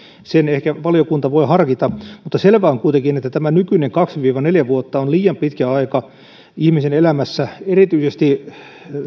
sen ehkä valiokunta voi harkita mutta selvää on kuitenkin että tämä nykyinen kaksi viiva neljä vuotta on liian pitkä aika ihmisen elämässä erityisesti